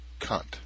cunt